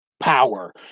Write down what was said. Power